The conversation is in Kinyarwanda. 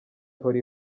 ihora